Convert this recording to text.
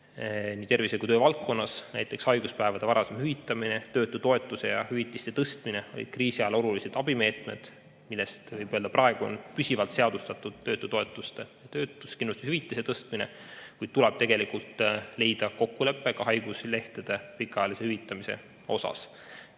nii tervise- kui ka töövaldkonnas. Näiteks olid haiguspäevade varasem hüvitamine, töötutoetuse ja hüvitiste tõstmine kriisi ajal olulised abimeetmed, millest, võib öelda, praegu on püsivalt seadustatud töötutoetuse ja töötuskindlustushüvitise tõstmine, kuid tuleb tegelikult leida kokkulepe ka haiguslehtede pikaajalise hüvitamise kohta.